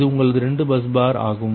இது உங்களது 2 bus bar ஆகும்